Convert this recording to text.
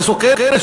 המסוכנת,